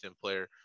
player